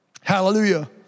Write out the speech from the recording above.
Hallelujah